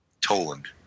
Toland